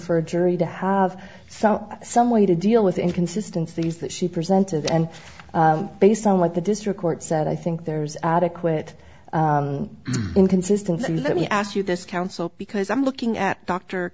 for a jury to have some some way to deal with inconsistent things that she presented and based on what the district court said i think there's adequate inconsistency let me ask you this counsel because i'm looking at dr